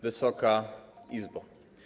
Wysoka Izbo!